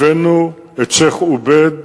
הבאנו את שיח' עובייד